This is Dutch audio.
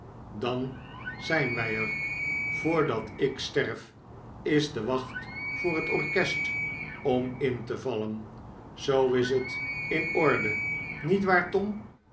dan zijn wij er voor dat ik sterf is de wacht voor het orkest om in te vallen zoo is het in orde niet waar tom